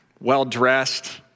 well-dressed